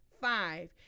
Five